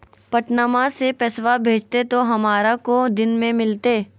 पटनमा से पैसबा भेजते तो हमारा को दिन मे मिलते?